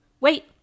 Wait